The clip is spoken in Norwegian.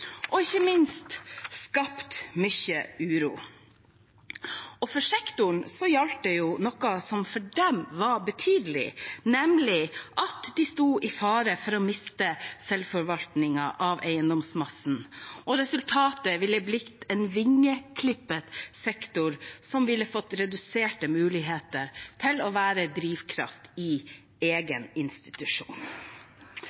og ikke minst skapt mye uro. For sektoren gjaldt det noe som for dem var betydelig, nemlig at de sto i fare for å miste selvforvaltningen av eiendomsmassen. Resultatet ville blitt en vingeklippet sektor som ville fått reduserte muligheter til å være drivkraft i